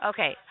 Okay